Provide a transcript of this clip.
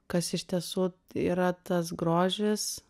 kas iš tiesų yra tas grožis